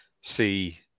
see